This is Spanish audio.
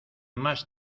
más